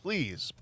Please